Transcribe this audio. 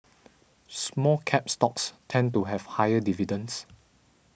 Small Cap stocks tend to have higher dividends